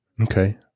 Okay